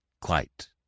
Quite